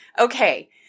Okay